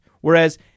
Whereas